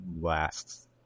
last